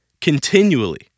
Continually